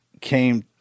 came